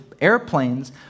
airplanes